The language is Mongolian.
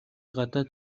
гадаад